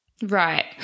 Right